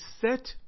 set